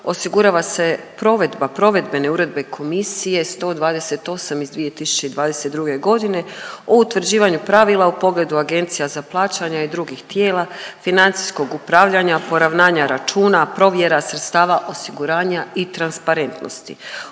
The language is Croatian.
osigurava se provedba provedbene Uredbe komisije 128 iz 2022.g. o utvrđivanju pravila u pogledu Agencija za plaćanja i drugih tijela financijskog upravljanja, poravnanja računa, provjera sredstava osiguranja i transparentnosti,